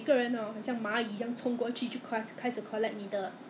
I was surprised to see their brand it is actually the same brand as the one in Taiwan